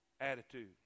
attitude